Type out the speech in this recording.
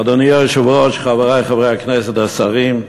אדוני היושב-ראש, חברי חברי הכנסת, השרים,